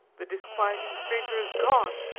the disquieting stranger has gone.